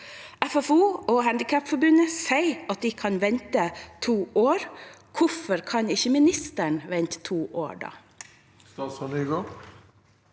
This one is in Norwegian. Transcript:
Norges Handikapforbund sier at de kan vente to år. Hvorfor kan ikke ministeren vente to år